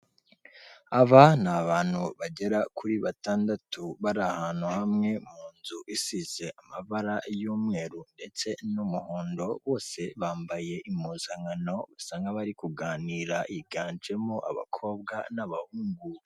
Aba ni abantu bagera kuri batandatu bari ahantu hamwe, mu nzu isize amabara y'umweru ndetse n'umuhondo, bose bambaye impuzankano, usa nk'abari kuganira, higanjemo abakobwa n'abahungu.